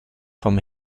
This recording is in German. vom